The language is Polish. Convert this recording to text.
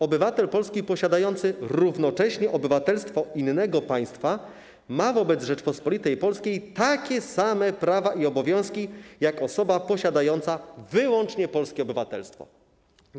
Obywatel polski posiadający równocześnie obywatelstwo innego państwa ma wobec Rzeczypospolitej Polskiej takie same prawa i obowiązki jak osoba posiadająca wyłącznie obywatelstwo polskie.